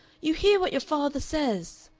you hear what your father says!